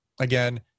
again